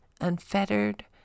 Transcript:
unfettered